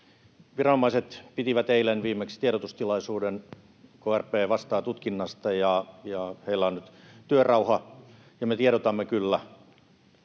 Viranomaiset pitivät viimeksi eilen tiedotustilaisuuden. Krp vastaa tutkinnasta, ja heillä on nyt työrauha, ja me tiedotamme kyllä,